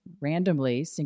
randomly